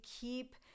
keep